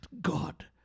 God